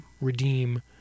redeem